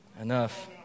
enough